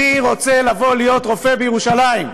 אני רוצה לבוא להיות רופא בירושלים.